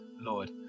Lord